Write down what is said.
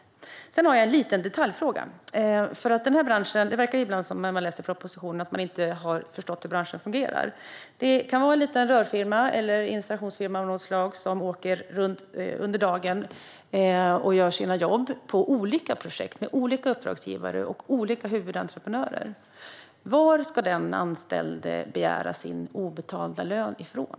Sedan har jag en liten detaljfråga. För den som läser propositionerna verkar det ibland som om man inte har förstått hur branschen fungerar. Det kan vara en liten rörfirma eller annan installationsfirma som åker runt under dagen och gör sina jobb på olika projekt med olika uppdragsgivare och olika huvudentreprenörer. Var ska en anställd i en sådan firma begära sin obetalda lön ifrån?